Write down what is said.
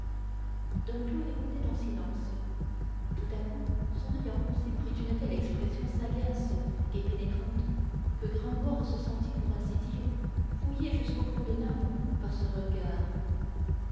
dom claude écoutait en silence tout à coup son oeil enfoncé prit une telle expression sagace et pénétrante que gringoire se sentit pour ainsi dire fouillé jusqu'au fond de l'âme par ce regard